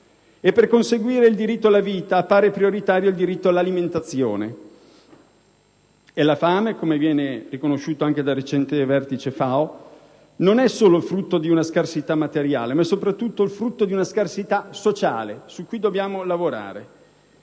e per conseguirlo appare prioritario il diritto all'alimentazione. La fame, come riconosciuto anche dal recente Vertice FAO, non è solo frutto di una scarsità materiale, ma soprattutto frutto di una scarsità sociale, su cui dobbiamo lavorare.